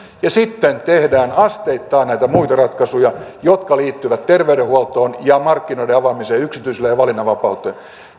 ja sitten tehdään asteittain näitä muita ratkaisuja jotka liittyvät terveydenhuoltoon ja markkinoiden avaamiseen yksityisille ja valinnanvapauteen